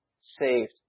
saved